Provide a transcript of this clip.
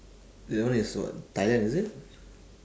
that one is what thailand is it